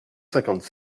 cinquante